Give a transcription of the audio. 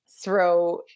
throw